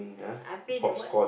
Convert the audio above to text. I play the what